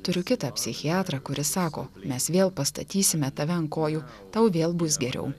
turiu kitą psichiatrą kuris sako mes vėl pastatysime tave ant kojų tau vėl bus geriau